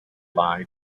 lie